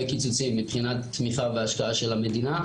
קיצוצים מבחינת תמיכה והשקעה של המדינה,